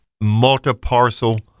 multi-parcel